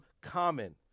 common